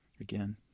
again